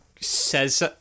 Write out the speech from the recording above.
says